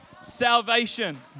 salvation